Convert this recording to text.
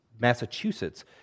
Massachusetts